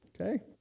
Okay